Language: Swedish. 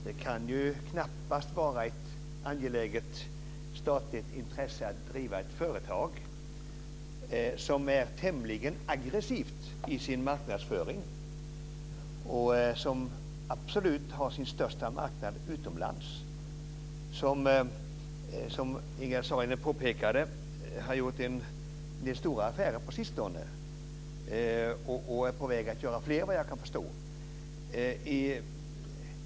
Det kan knappast vara ett angeläget statligt intresse att driva ett företag som är tämligen aggressivt i sin marknadsföring och som absolut har sin största marknad utomlands. Som Ingegerd Saarinen påpekade har Vin & Sprit gjort en del stora affärer på sistone och är på väg att göra fler, vad jag kan förstå.